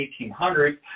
1800s